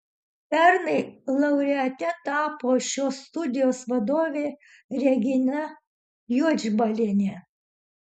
pernai laureate tapo šios studijos vadovė regina juodžbalienė